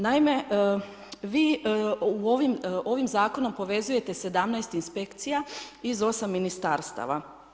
Naime, vi ovim zakonom povezujete 17 inspekcija iz 8 ministarstava.